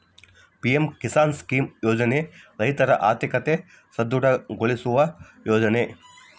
PM Kisan scheme ಯೋಜನೆ ರೈತರ ಆರ್ಥಿಕತೆ ಸದೃಢ ಗೊಳಿಸುವ ಯೋಜನೆ